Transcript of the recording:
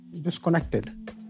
disconnected